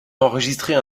enregistrer